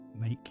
make